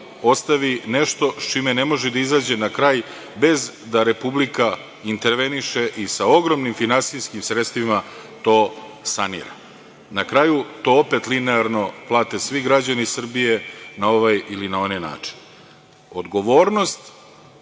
ostavi nešto s čime ne može da izađe na kraj bez da Republika interveniše i sa ogromnim finansijskim sredstvima to sanira. Na kraju, to opet linearno plate svi građani Srbije na ovaj ili na onaj način. Odgovornost